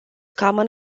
common